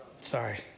Sorry